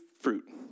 fruit